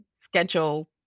schedule